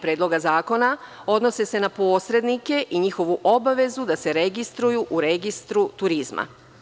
Predloga zakona i odnose se na posrednike i njihovu obavezu da se registruju u registru turizma.